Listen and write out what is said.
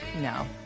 No